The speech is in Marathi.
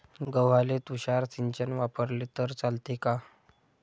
गव्हाले तुषार सिंचन वापरले तर चालते का?